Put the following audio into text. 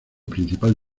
principal